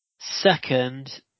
Second